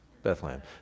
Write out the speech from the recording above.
Bethlehem